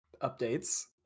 updates